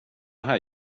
här